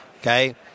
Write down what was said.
Okay